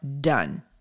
Done